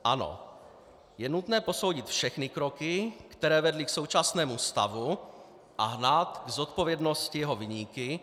Ano, je nutné posoudit všechny kroky, které vedly k současnému stavu, a hnát k zodpovědnosti jeho viníky.